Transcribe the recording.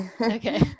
Okay